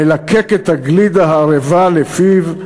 מלקק את הגלידה הערבה לפיו,